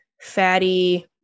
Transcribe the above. fatty